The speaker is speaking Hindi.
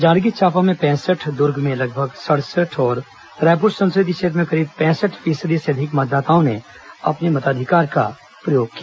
जांजगीर चांपा में पैंसठ दुर्ग में लगभग सड़सठ और रायपुर संसदीय क्षेत्र में करीब पैंसठ फीसदी से अधिक मतदाताओं ने अपने मताधिकार का प्रयोग किया